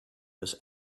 his